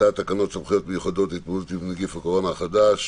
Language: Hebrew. הצעת תקנות סמכויות מיוחדות להתמודדות עם נגיף הקורונה החדש